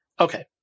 Okay